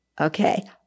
okay